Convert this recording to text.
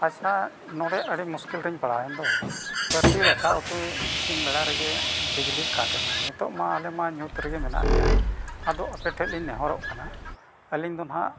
ᱟᱪᱪᱷᱟ ᱱᱚᱰᱮ ᱟᱹᱰᱤ ᱢᱩᱥᱠᱤᱞ ᱨᱮᱧ ᱯᱟᱲᱟᱣᱮᱱ ᱫᱚ ᱥᱟᱹᱨᱫᱤ ᱫᱟᱠᱟ ᱩᱛᱩ ᱤᱥᱤᱱ ᱵᱮᱲᱟ ᱨᱮᱜᱮ ᱵᱤᱡᱽᱞᱤ ᱮᱱᱟ ᱱᱤᱛᱚᱜ ᱢᱟ ᱟᱞᱮ ᱢᱟ ᱧᱩᱛ ᱨᱮᱜᱮ ᱢᱮᱱᱟᱜ ᱞᱮᱭᱟ ᱟᱫᱚ ᱟᱯᱮᱴᱷᱮᱡ ᱞᱤᱧ ᱱᱮᱦᱚᱨᱚᱜ ᱠᱟᱱᱟ ᱟᱹᱞᱤᱧ ᱫᱚ ᱱᱟᱦᱟᱜ